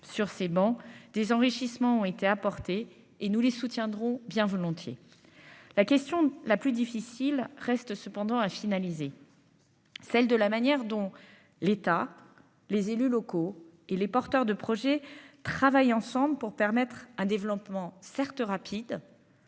sur ces bancs des enrichissements été apportées et nous les soutiendrons bien volontiers la question la plus difficile reste cependant à finaliser. Celle de la manière dont l'État, les élus locaux et les porteurs de projets travaillent ensemble pour permettre un développement certes rapide,